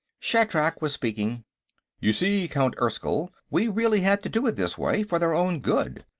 shatrak was speaking you see, count erskyll, we really had to do it this way, for their own good.